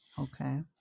Okay